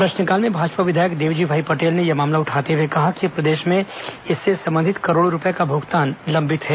प्रश्नकाल में भाजपा विधायक देवजी भाई पटेल ने यह मामला उठाते हुए कहा कि प्रदेश में इससे संबंधित करोड़ों रूपए का भुगतान लंबित है